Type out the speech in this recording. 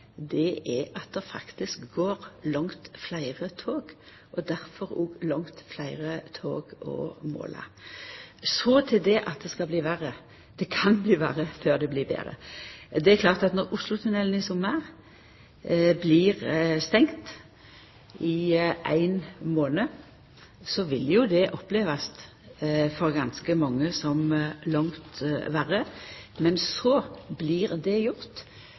er at det faktisk går langt fleire tog, og at det difor òg er langt fleire tog å måla. Så til det at det skal bli verre. Det kan bli verre før det blir betre. Det er klart at når Oslotunnelen i sommar blir stengt i ein månad, vil jo ganske mange oppleva det som langt verre. Men det blir gjort